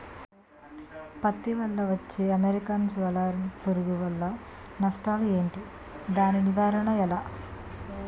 పత్తి లో వచ్చే అమెరికన్ బోల్వర్మ్ పురుగు వల్ల నష్టాలు ఏంటి? దాని నివారణ ఎలా?